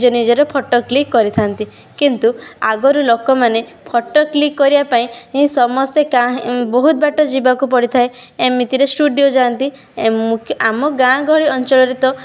ନିଜ ନିଜର photo click କରିଥାନ୍ତି କିନ୍ତୁ ଆଗରୁ ଲୋକମାନେ ଫଟୋ କ୍ଲିକ୍ କରିବା ପାଇଁ ସମସ୍ତେ କା ବହୁତ ବାଟ ଯିବାକୁ ପଡ଼ିଥାଏ ଏମିତିରେ ଷ୍ଟୁଡ଼ିଓ ଯାଆନ୍ତି ଏ ମୁଁ ଆମ ଗାଁ ଗହଳି ଅଞ୍ଚଳରେ ତ